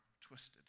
twisted